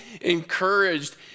encouraged